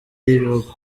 y’ibihugu